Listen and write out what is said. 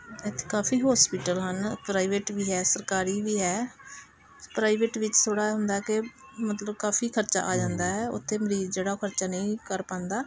ਇੱਥੇ ਕਾਫੀ ਹੋਸਪੀਟਲ ਹਨ ਪ੍ਰਾਈਵੇਟ ਵੀ ਹੈ ਸਰਕਾਰੀ ਵੀ ਹੈ ਪ੍ਰਾਈਵੇਟ ਵਿੱਚ ਥੋੜ੍ਹਾ ਹੁੰਦਾ ਕਿ ਮਤਲਬ ਕਾਫੀ ਖਰਚਾ ਆ ਜਾਂਦਾ ਹੈ ਉੱਥੇ ਮਰੀਜ਼ ਜਿਹੜਾ ਉਹ ਖਰਚਾ ਨਹੀਂ ਕਰ ਪਾਉਂਦਾ